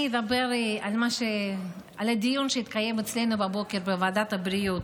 אני אדבר על הדיון שהתקיים אצלנו בבוקר בוועדת הבריאות.